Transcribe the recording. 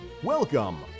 Welcome